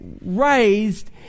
raised